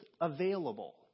available